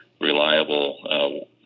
reliable